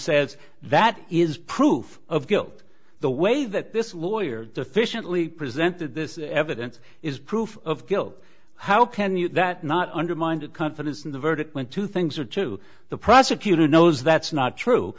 says that is proof of guilt the way that this lawyer deficient lee presented this evidence is proof of guilt how can you that not undermined confidence in the verdict when two things are true the prosecutor knows that's not true